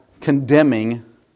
condemning